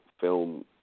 film